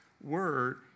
word